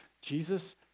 jesus